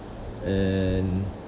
and